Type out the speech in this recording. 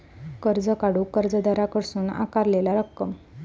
कर्ज काढूक कर्जदाराकडसून आकारलेला रक्कम